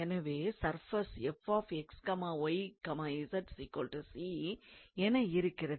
எனவே சர்ஃபேஸ் என இருக்கிறது